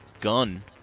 gun